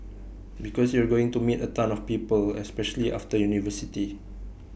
because you're going to meet A ton of people especially after university